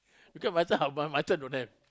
because myself I'll buy myself don't have